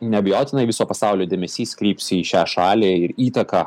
neabejotinai viso pasaulio dėmesys kryps į šią šalį ir įtaką